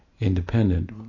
independent